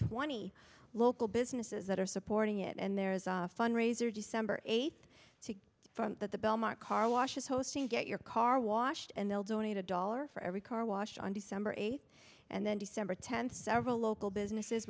twenty local businesses that are supporting it and there is off fundraiser december eighth to front that the belmont carwashes hosting get your car washed and they'll donate a dollar for every car wash on december eighth and then december tenth several local businesses